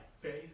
faith